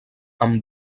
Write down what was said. amb